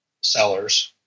sellers